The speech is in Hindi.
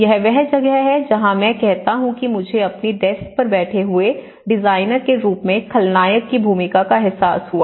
यह वह जगह है जहाँ मैं कहता हूँ कि मुझे अपनी डेस्क पर बैठे एक डिजाइनर के रूप में खलनायक की भूमिका का एहसास हुआ